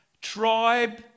tribe